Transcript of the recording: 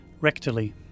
rectally